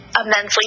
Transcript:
immensely